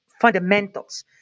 fundamentals